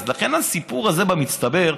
לכן הסיפור הזה במצטבר,